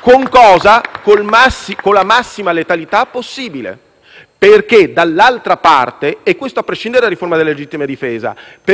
Con cosa? Con la massima letalità possibile, perché dall'altra parte - e questo a prescindere dalla riforma della legittima difesa -